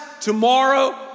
tomorrow